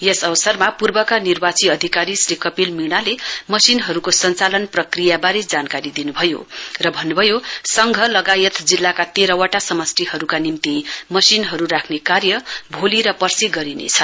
यस अवसरमा पूर्वका निर्वाची अधिकारी श्री कपिल मीणाले मशिनहरूको संचालन प्रक्रियाबारे जानकारी दिन् भयो र भन्नुभयो संघ लगायक जिल्लाका तेह्रवटा समष्टिहरूका निम्ति मशिनहरू राख्ने कार्य भोलि र पर्सी गरिनेछ